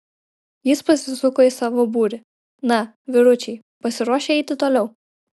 jis pasisuko į savo būrį na vyručiai pasiruošę eiti toliau